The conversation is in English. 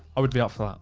i would be up for that.